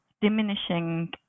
diminishing